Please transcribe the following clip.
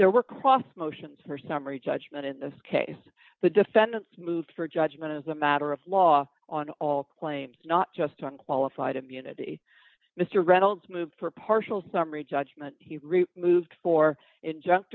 there were cross motions for summary judgment in this case the defendants moved for judgment as a matter of law on all claims not just on qualified immunity mr reynolds moved for partial summary judgment he moved for injun